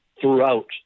throughout